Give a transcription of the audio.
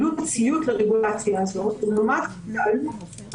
יש עלות ציות לרגולציה הזאת לעומת העלות